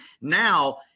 now